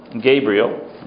Gabriel